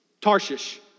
Tarshish